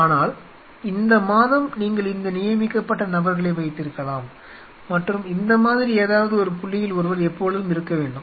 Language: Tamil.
ஆனால் இந்த மாதம் நீங்கள் இந்த நியமிக்கப்பட்ட நபர்களை வைத்திருக்கலாம் மற்றும் இந்த மாதிரி ஏதாவது 1 புள்ளியில் ஒருவர் எப்பொழுதும் இருக்க வேண்டும்